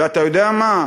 ואתה יודע מה?